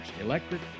electric